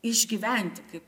išgyventi kaip